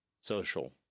social